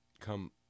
come